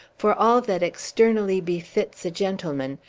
for all that externally befits a gentleman,